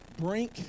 brink